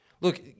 Look